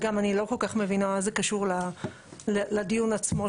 וגם אני לא כל כך מבינה מה זה קשור לדיון עצמו.